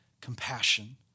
compassion